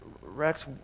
Rex